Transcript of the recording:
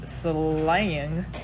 slaying